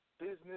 business